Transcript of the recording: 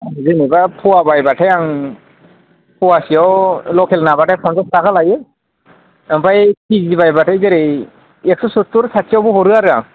जेनेबा फवा बायब्लाथाय आं फवासेयाव लकेल नाब्लाथाय फन्सास थाखा लायो ओमफाय केजि बायब्लाथाय जेरै एक्स' सुत्तुर साथियावबो हरो आरो आं